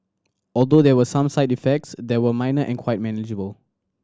although there were some side effects they were minor and quite manageable